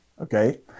Okay